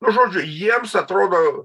nu žodžiu jiems atrodo